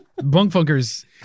bunkfunkers